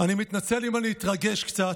אני מתנצל אם אני אתרגש קצת,